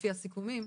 לפי הסיכומים,